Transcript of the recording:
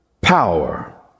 power